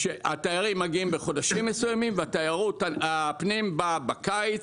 התיירים מגיעים בחודשים מסוימים ותיירות הפנים בקיץ,